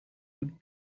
would